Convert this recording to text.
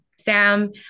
Sam